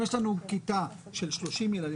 אם יש לנו כיתה עם 30 ילדים,